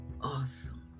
Awesome